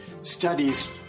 studies